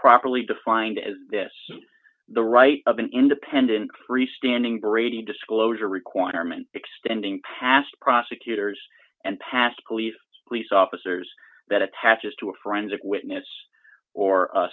properly defined as this the right of an independent free standing brady disclosure requirement extending past prosecutors and past police police officers that attaches to a forensic witness or a